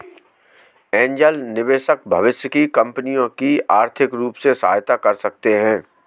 angel निवेशक भविष्य की कंपनियों की आर्थिक रूप से सहायता कर सकते हैं